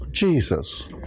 Jesus